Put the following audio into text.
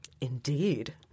Indeed